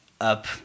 up